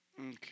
Okay